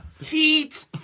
Heat